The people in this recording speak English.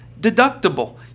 deductible